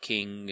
King